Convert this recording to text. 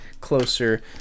closer